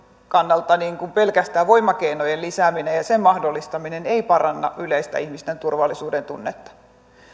kannalta pelkästään voimakeinojen lisääminen ja niiden mahdollistaminen ei paranna yleistä ihmisten turvallisuudentunnetta